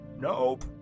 Nope